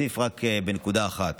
אוסיף רק בנקודה אחת: